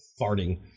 Farting